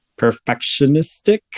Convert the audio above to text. perfectionistic